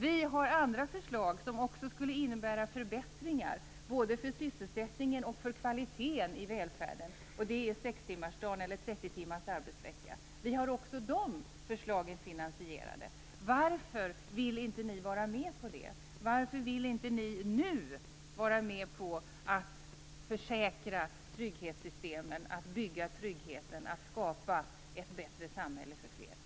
Vi har andra förslag som också skulle innebära förbättringar både för sysselsättningen och för kvaliteten i välfärden. De gäller sextimmarsdagen, eller 30 timmars arbetsvecka. Vi har också de förslagen finansierade. Varför vill ni inte vara med på det? Varför vill ni inte nu vara med på att säkra trygghetssystemen, att bygga tryggheten och skapa ett bättre samhälle för fler?